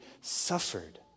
suffered